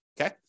Okay